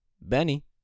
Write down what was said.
Benny